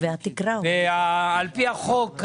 על פי החוק,